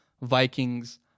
Vikings